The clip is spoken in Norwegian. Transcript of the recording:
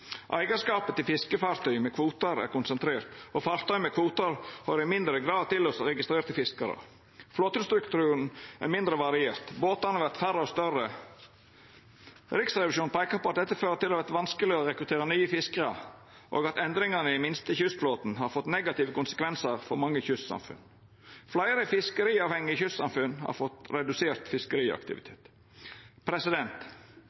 Eigarskapet til fiskefartøy med kvotar er konsentrert, og fartøy med kvotar høyrer i mindre grad til hos registrerte fiskarar. Flåtestrukturen er mindre variert. Båtane vert færre og større. Riksrevisjonen peiker på at dette fører til at det vert vanskeleg å rekruttera nye fiskarar, og at endringane i den minste kystflåten har fått negative konsekvensar for mange kystsamfunn. Fleire fiskeriavhengige kystsamfunn har fått redusert